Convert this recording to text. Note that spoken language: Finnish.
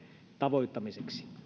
tavoittamiseksi